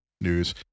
news